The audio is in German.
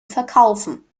verkaufen